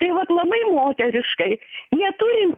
tai vat labai moteriškai neturim